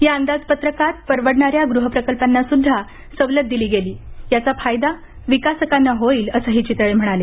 या अंदाजपत्रकात परवडणाऱ्या गृह प्रकल्पांना सुद्धा सवलत दिली गेली याचा फायदा विकासकांना होईल असंही चितळे म्हणाले